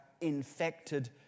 infected